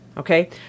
Okay